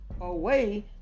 away